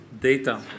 data